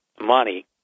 money